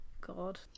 god